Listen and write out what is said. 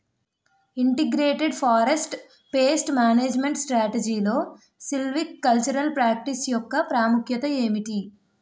Integrated forest pest management స్ట్రాటజీలో silvicultural practice యెక్క ప్రాముఖ్యత ఏమిటి??